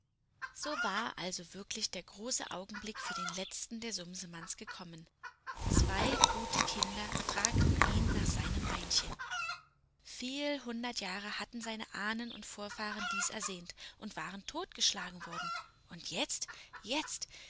so war also wirklich der große augenblick für den letzten der sumsemanns gekommen zwei gute kinder fragten ihn nach seinem beinchen viel hundert jahre hatten seine ahnen und vorfahren dies ersehnt und waren totgeschlagen worden und jetzt jetzt